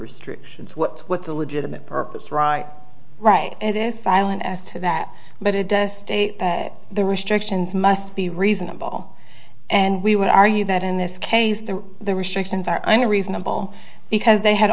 restrictions what what's a legitimate purpose right write it is silent as to that but it does state that the restrictions must be reasonable and we would argue that in this case the the restrictions are i'm a reasonable because they had